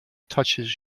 touches